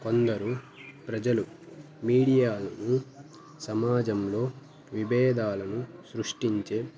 కొందరు ప్రజలు మీడియాలను సమాజంలో విభేదాలను సృష్టించే